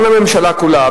גם הממשלה כולה,